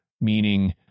meaning